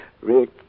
Rick